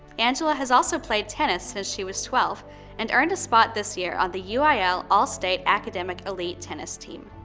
angela has also played tennis as she was twelve and earned a spot this year on the uil all-state academic elite tennis team.